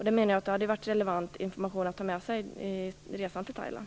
Det menar jag hade varit relevant information att ta med sig på resan till Thailand.